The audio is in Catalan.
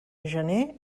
gener